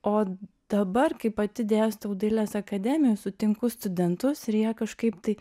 o dabar kai pati dėstau dailės akademijoj sutinku studentus ir jie kažkaip tai